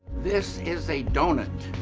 this is a doughnut.